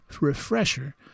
refresher